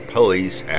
police